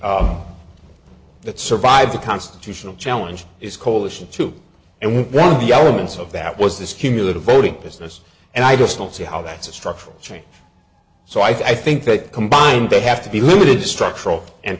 the that survives a constitutional challenge is coalition two and one of the elements of that was this cumulative voting business and i just don't see how that's a structural change so i think that combined they have to be limited structural and